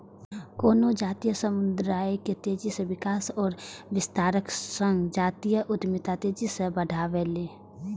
कोनो जातीय समुदाय के तेजी सं विकास आ विस्तारक संग जातीय उद्यमिता तेजी सं बढ़लैए